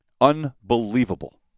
Unbelievable